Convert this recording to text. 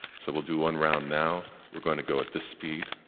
so we'll do one round now we're going to go at this speed.